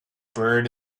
bird